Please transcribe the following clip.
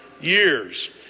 years